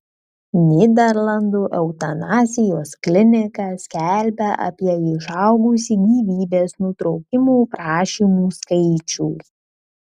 nyderlandų eutanazijos klinika skelbia apie išaugusį gyvybės nutraukimo prašymų skaičių